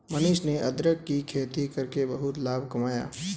मनीष ने अदरक की खेती करके बहुत लाभ कमाया